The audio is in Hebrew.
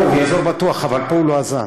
לא, הוא יכול, בטוח, אבל פה הוא לא עזר.